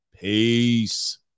Peace